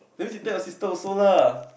that means he take your sister also lah